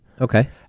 Okay